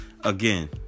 again